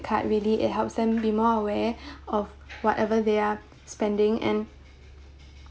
card really it helps them be more aware of whatever they are spending and